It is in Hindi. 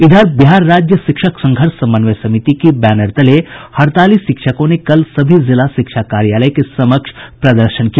इधर बिहार राज्य शिक्षक संघर्ष समन्वय समिति के बैनर तले हड़ताली शिक्षकों ने कल सभी जिला शिक्षा कार्यालय के समक्ष प्रदर्शन किया